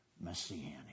messianic